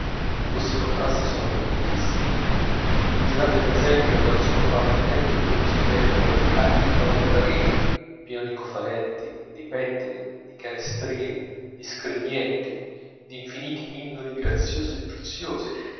questi contrasti son frequentissimi girate per esempio nello scompartimento del così detto article de paris pieno di cofanetti di pettini di canestrini di scrignetti d'infiniti ninnoli graziosi e preziosi